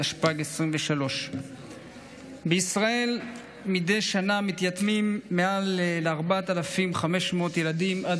התשפ"ג 2023. בישראל מדי שנה מתייתמים מעל 4,500 ילדים עד